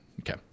Okay